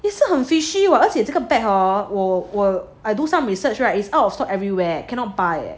也是很 fishy what 我而且这个 bag hor 我我 I do some research right is out of stock everywhere cannot buy